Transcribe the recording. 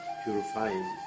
purifying